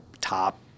top